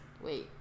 Wait